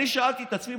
ואני שאלתי את עצמי,